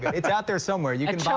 it's out there somewhere you can buy it.